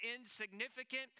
insignificant